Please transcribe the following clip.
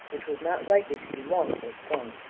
which was not likely to be long postponed.